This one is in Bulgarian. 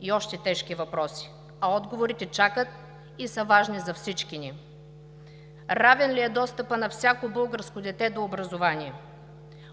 И още тежки въпроси, а отговорите чакат и са важни за всички ни: равен ли е достъпът на всяко българско дете до образование;